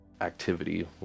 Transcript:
activity